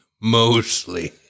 Mostly